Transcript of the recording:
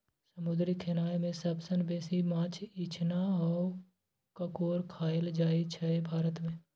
समुद्री खेनाए मे सबसँ बेसी माछ, इचना आ काँकोर खाएल जाइ छै भारत मे